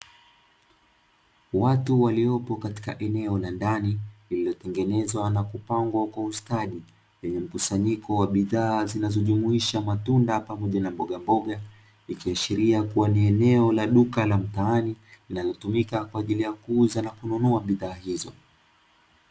Watu waliopo katika eneo la ndani, lililotengenezwa na kupangwa kwa ustadi, lenye mkusanyiko wa bidhaa zinazojumuisha matunda pamoja na mbogamboga, ikiashiria kuwa ni eneo la duka la mtaani linalotumika kwa ajili ya kuuza na kununua bidhaa hizo.